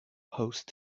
host